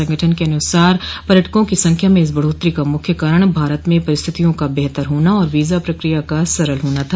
संगठन के अनुसार पर्यटकों की संख्या में इस बढ़ोतरी का मुख्य कारण भारत में परिस्थितियों का बेहतर होना और वीजा प्रक्रिया का सरल होना था